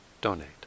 donate